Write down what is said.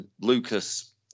Lucas